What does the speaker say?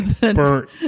burnt